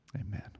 Amen